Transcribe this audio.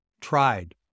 Tried